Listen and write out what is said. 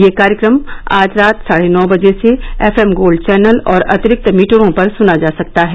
यह कार्यक्रम आज रात साढ़े नौ बजे से एफ एम गोल्ड चैनल और अतिरिक्त मीटरों पर सुना जा सकता है